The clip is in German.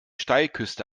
steilküste